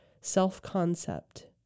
self-concept